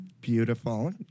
Beautiful